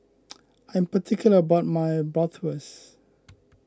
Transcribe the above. I'm particular about my Bratwurst